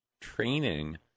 training